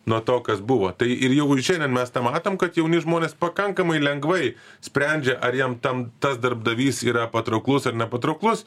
nuo to kas buvo tai ir jau ir šiandien mes tą matom kad jauni žmonės pakankamai lengvai sprendžia ar jam tam tas darbdavys yra patrauklus ar nepatrauklus